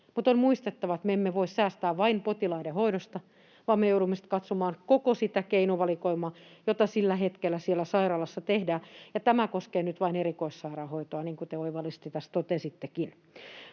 Mutta on muistettava, että me emme voi säästää vain potilaiden hoidosta vaan me joudumme katsomaan koko sitä keinovalikoimaa, jota sillä hetkellä siellä sairaalassa tehdään, ja tämä koskee nyt vain erikoissairaanhoitoa, niin kuin te oivallisesti tässä